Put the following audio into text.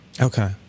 Okay